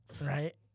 right